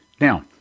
Now